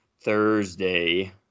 Thursday